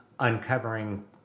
uncovering